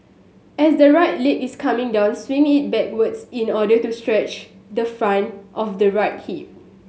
as the right leg is coming down swing it backwards in order to stretch the front of the right hip